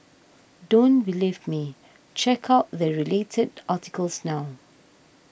don't believe me check out the related articles now